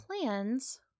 plans